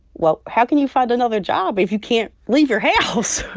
well, how can you find another job if you can't leave your house.